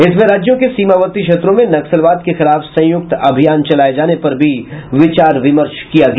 इसमें राज्यों के सीमावर्ती क्षेत्रों में नक्सलवाद के खिलाफ संयुक्त अभियान चलाये जाने पर भी विचार विमर्श किया गया